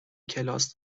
کلاس